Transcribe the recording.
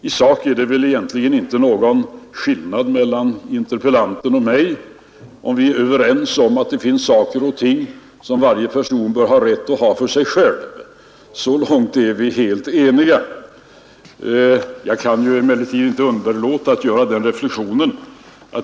I sak är det väl egentligen inte någon skillnad mellan interpellanten och mig, om vi är överens om att det finns saker och ting som varje person bör ha rätt att ha för sig själv. Så längt är vi alltså helt eniga. Jag kan emellertid inte underlåta att göra en reflexion.